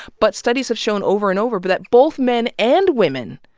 but studies have shown over and over but that both men and women,